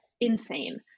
insane